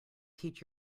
teach